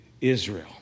Israel